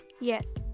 yes